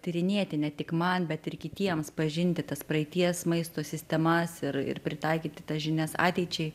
tyrinėti ne tik man bet ir kitiems pažinti tas praeities maisto sistemas ir ir pritaikyti tas žinias ateičiai